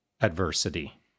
adversity